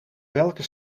welke